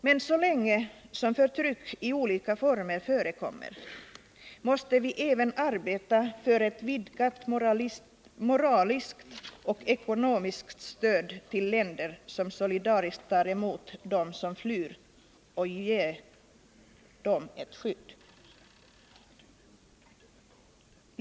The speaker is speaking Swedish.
Men så länge som förtryck i olika former förekommer, måste vi även arbeta för ett vidgat moraliskt och ekonomiskt stöd till länder, som solidariskt tar emot dem som flyr och ger dem ett skydd.